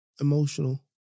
emotional